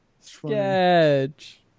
Sketch